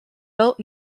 built